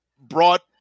brought